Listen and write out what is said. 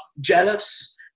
jealous